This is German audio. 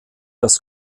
das